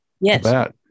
yes